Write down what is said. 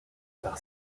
par